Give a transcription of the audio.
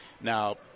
Now